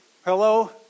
Hello